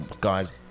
guys